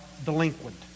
delinquent